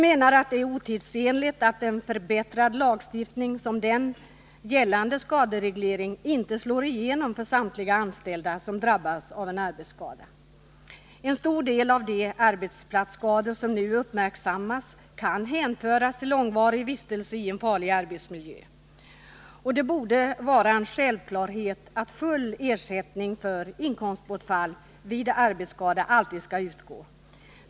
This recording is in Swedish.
Det är otidsenligt att en förbättrad lagstiftning som den avseende skadereglering inte slår igenom för samtliga anställda som drabbas av en arbetsskada. En stor del av de arbetsplatsskador som nu uppmärksammas kan hänföras till långvarig vistelse i en farlig arbetsmiljö. Det borde vara en självklarhet att full ersättning för inkomstbortfall vid arbetsskada alltid skall utgå.